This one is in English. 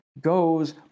goes